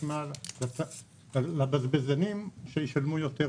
שהבזבזנים ישלמו יותר,